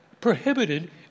prohibited